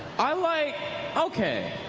i like okay.